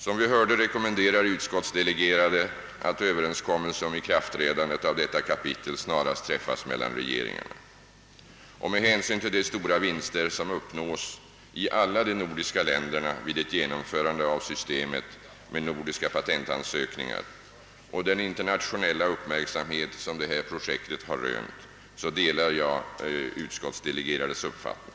Som vi hörde rekommenderar utskottsdelegerade att en överenskommelse om ikraftträdande av detta kapitel snarast träffas mellan regeringarna, och med hänsyn till de stora vinster som uppnås i alla de nordiska länderna vid ett genomförande av systemet med nordiska patentansökningar och den 'internationella uppmärksamhet som detta projekt har rönt delar jag utskottsdelegerades uppfattning.